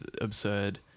absurd